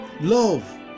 Love